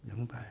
两百